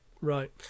Right